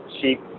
Sheep